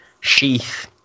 Sheath